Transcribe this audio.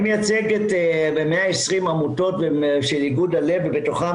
אני מייצג 120 עמותות של איגוד הלב ובתוכם